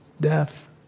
Death